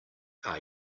are